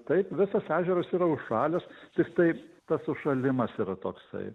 taip visas ežeras yra užšalęs tiktai tas užšalimas yra toksai